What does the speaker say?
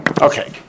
Okay